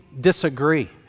disagree